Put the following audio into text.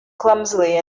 clumsily